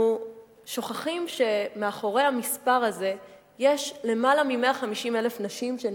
אנחנו שוכחים שמאחורי המספר הזה יש למעלה מ-150,000 נשים שהן